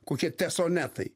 kokie tesonetai